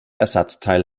ersatzteil